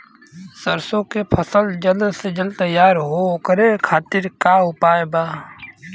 सरसो के फसल जल्द से जल्द तैयार हो ओकरे खातीर का उपाय बा?